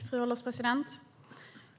Fru ålderspresident!